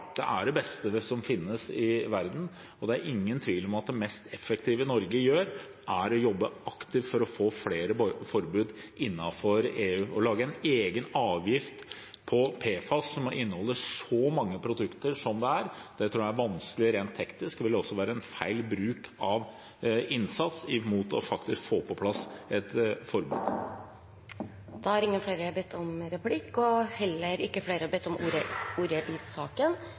Det er det beste som finnes i verden, og det er ingen tvil om at det mest effektive Norge gjør, er å jobbe aktivt for å få flere forbud innenfor EU. Å lage en egen avgift på PFAS, som det er så mange produkter som inneholder, tror jeg vil være vanskelig rent teknisk, og det vil også være en feil bruk av innsats for faktisk å få på plass et forbud. Replikkordskiftet er omme. Flere har ikke bedt om ordet